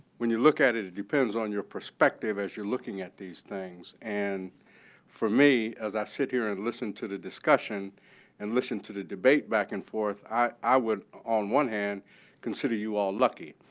when you look at it, it depends on your perspective as you're looking at these things. and for me, as i sit here and listen to the discussion and listen to the debate back and forth, i would on one hand consider you all lucky.